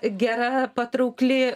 gera patraukli